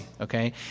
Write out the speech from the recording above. okay